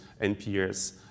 NPS